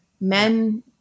men